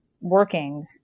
working